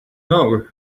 know